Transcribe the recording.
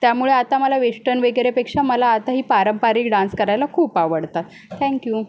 त्यामुळे आता मला वेष्टन वगैरेपेक्षा मला आताही पारंपारिक डान्स करायला खूप आवडतं थँक्यू